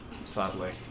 Sadly